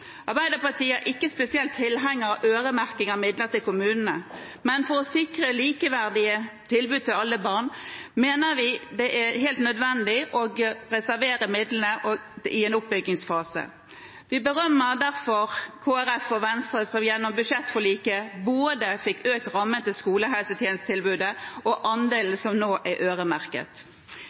Arbeiderpartiet er ikke spesielt tilhenger av øremerking av midler til kommunene, men for å sikre likeverdige tilbud til alle barn mener vi det er helt nødvendig å reservere midlene i en oppbyggingsfase. Vi berømmer derfor Kristelig Folkeparti og Venstre, som gjennom budsjettforliket fikk økt både rammen til skolehelsetjenestetilbudet og andelen som nå er øremerket.